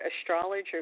astrologer